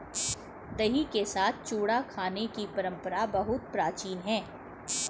दही के साथ चूड़ा खाने की परंपरा बहुत प्राचीन है